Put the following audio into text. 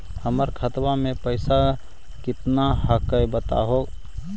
हमर खतवा में पैसा कितना हकाई बताहो करने?